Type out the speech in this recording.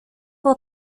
will